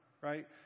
right